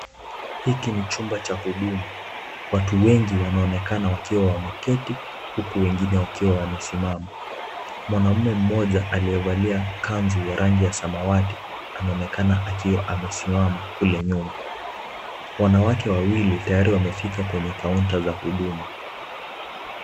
Hiki ni chumba cha huduma watu wengi wanaonekana wakiwa wameketi huku wengine wakiwa wamesimama. Mwanaume moja aliyevalia kanzu ya rangi ya samawati anaonekana akiwa amesimama kule nyuma. Wanawake wawili tayari wamefika kwenye counter za huduma.